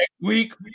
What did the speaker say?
week